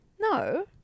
no